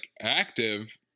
active